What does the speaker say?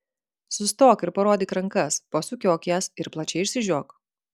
sustok ir parodyk rankas pasukiok jas ir plačiai išsižiok